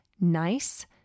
nice